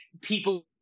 People